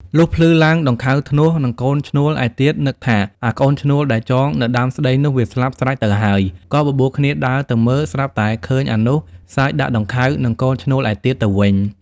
លុះភ្លឺឡើង ដង្ខៅធ្នស់ និងកូនឈ្នួលឯទៀតនឹកថា "អាកូនឈ្នួលដែលចងនៅដើមស្តីនោះ វាស្លាប់ស្រេច ទៅហើយ” ក៏បបួលគ្នាដើរទៅមើល ស្រាប់តែឃើញអានោះ សើចដាក់ដង្ខៅ និងកូនឈ្នួលឯទៀតទៅវិញ។